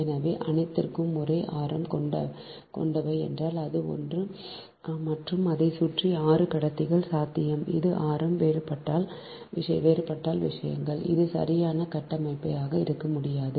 எனவே அனைத்தும் ஒரே ஆரம் கொண்டவை என்றால் அது ஒன்று மற்றும் அதைச் சுற்றி 6 கடத்திகள் சாத்தியம் அது ஆரம் வேறுபட்டால் விஷயங்கள் இது சரியான கட்டமைப்பாக இருக்க முடியாது